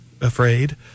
afraid